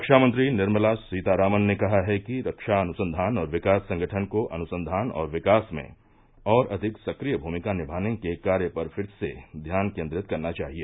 रक्षामंत्री निर्मला सीतारामन ने कहा है कि रक्षा अनुसंघान और विकास संगठन को अनुसंघान और विकास में और अधिक सक्रिय भूमिका निमाने के कार्य पर फिर से ध्यान केन्द्रित करना चाहिए